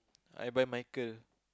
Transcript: I will buy Michael